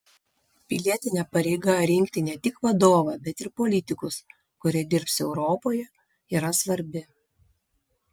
pilietinė pareiga rinkti ne tik vadovą bet ir politikus kurie dirbs europoje yra svarbi